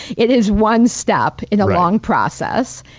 it is one step in a long process.